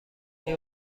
این